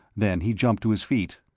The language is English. then he jumped to his feet.